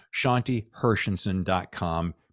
shantihershenson.com